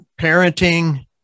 parenting